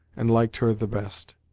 and liked her the best.